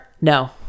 no